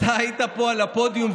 אתה היית פה על הפודיום,